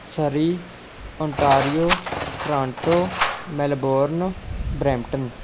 Surrey Ontario Toronto Melbourne Brampton